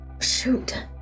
Shoot